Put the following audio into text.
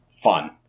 fun